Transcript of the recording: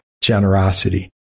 generosity